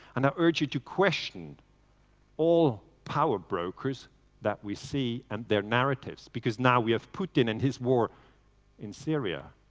and i urge you to question all power brokers that we see, and their narratives. because now we have putin and his war in syria.